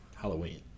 Halloween